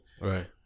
Right